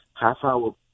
half-hour